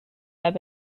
have